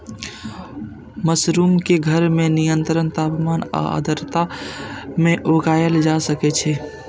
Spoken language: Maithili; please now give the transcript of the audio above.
मशरूम कें घर मे नियंत्रित तापमान आ आर्द्रता मे उगाएल जा सकै छै